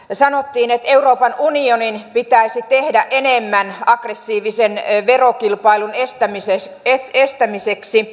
täällä sanottiin että euroopan unionin pitäisi tehdä enemmän aggressiivisen verokilpailun ja verovälttelyn estämiseksi